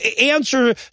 answer